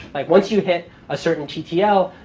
like, once you hit a certain ttl,